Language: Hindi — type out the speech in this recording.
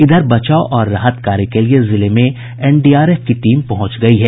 इधर बचाव और राहत कार्य के लिये जिले में एनडीआरएफ की टीम पहुंच गयी है